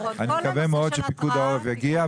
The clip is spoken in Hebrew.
אני מקווה מאוד שפיקוד העורף יגיע,